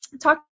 Talk